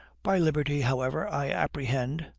by liberty, however, i apprehend,